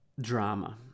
Drama